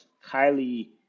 highly